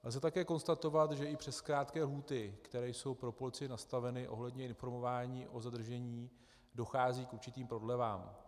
Lze také konstatovat, že i přes krátké lhůty, které jsou pro policii nastaveny ohledně informování o zadržení, dochází k určitým prodlevám.